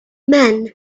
men